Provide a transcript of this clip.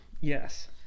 yes